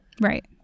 Right